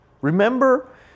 Remember